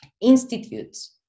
institutes